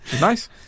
Nice